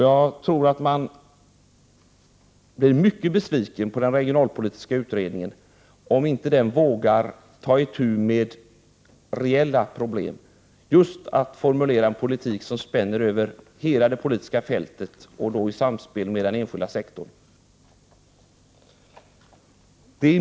Jag tror att man blir mycket besviken på den regionalpolitiska utredningen om inte den vågar ta itu med reella problem och formulera en politik som spänner över hela det politiska fältet i samspel med den enskilda sektorn.